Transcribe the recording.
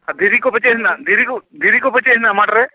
ᱟᱨ ᱫᱷᱤᱨᱤ ᱠᱚ ᱯᱟᱪᱮᱫ ᱦᱮᱱᱟ ᱫᱷᱤᱨᱤ ᱠᱚ ᱯᱟᱪᱮᱫ ᱦᱮᱱᱟ ᱢᱟᱴᱷᱨᱮ